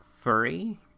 furry